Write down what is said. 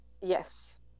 Yes